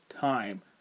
time